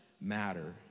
matter